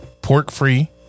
Pork-free